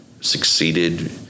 succeeded